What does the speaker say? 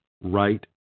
right